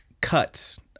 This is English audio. cuts